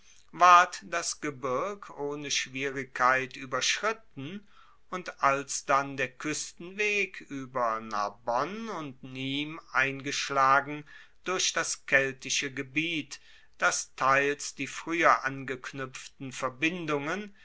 ward das gebirg ohne schwierigkeit ueberschritten und alsdann der kuestenweg ueber narbonne und nmes eingeschlagen durch das keltische gebiet das teils die frueher angeknuepften verbindungen